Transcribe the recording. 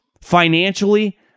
Financially